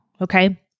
Okay